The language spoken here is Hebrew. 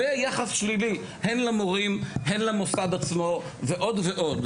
שלום, אדוני היושב ראש, ותודה רבה על הדיון הזה.